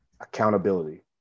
Accountability